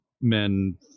men